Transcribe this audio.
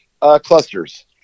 clusters